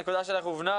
הנקודה שלך הובנה,